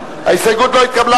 ההסתייגות לא התקבלה,